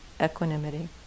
equanimity